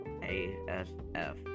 ASF